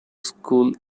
school